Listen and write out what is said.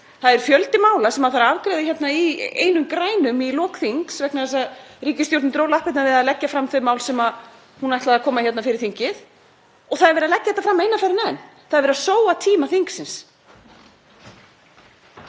Það er fjöldi mála sem þarf að afgreiða í einum grænum í lok þings vegna þess að ríkisstjórnin dró lappirnar við að leggja fram þau mál sem hún ætlaði að leggja fyrir þingið. Það er verið að leggja þetta fram eina ferðina enn, það er verið að sóa tíma þingsins.